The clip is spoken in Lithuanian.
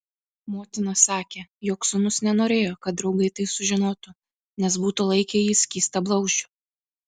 motina sakė jog sūnus nenorėjo kad draugai tai sužinotų nes būtų laikę jį skystablauzdžiu